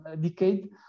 decade